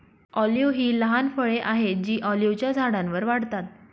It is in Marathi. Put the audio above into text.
ऑलिव्ह ही लहान फळे आहेत जी ऑलिव्हच्या झाडांवर वाढतात